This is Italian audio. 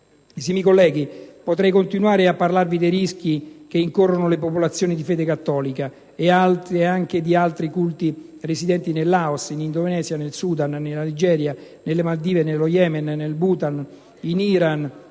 Esimi colleghi, potrei continuare a parlarvi dei rischi nei quali incorrono le popolazioni di fede cattolica e anche di altri culti residenti nel Laos, in Indonesia, nel Sudan, nella Nigeria, nelle Maldive, nello Yemen, nel Bhutan, in Iran,